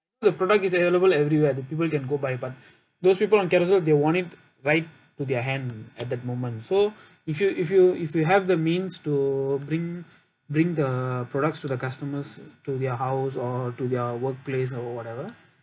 the product is available everywhere the people can go buy but those people on Carousell they want it right to their hand at that moment so if you if you if you have the means to bring bring the products to the customers to their house or to their workplace or whatever